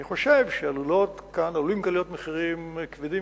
אני חושב שעלולים כאן להיות מחירים כבדים